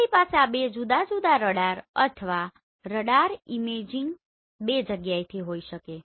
આપણી પાસે આ બે જુદા જુદા રડાર અથવા રડાર ઇમેજિંગ બે જગ્યાએથી હોઈ શકે છે